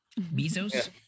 Bezos